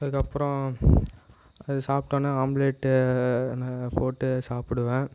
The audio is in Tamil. அதுக்கப்புறம் அது சாப்பிட்டோன ஆம்லெட்டு நான் போட்டு சாப்பிடுவேன்